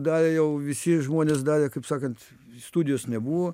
darė jau visi žmonės darė kaip sakant studijos nebuvo